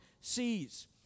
sees